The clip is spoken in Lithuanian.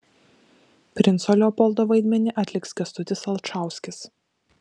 princo leopoldo vaidmenį atliks kęstutis alčauskis